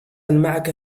معك